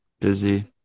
Busy